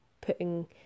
putting